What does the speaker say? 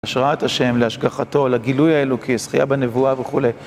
להשראת השם, להשגחתו, לגילוי האלוקי, זכייה בנבואה וכולי.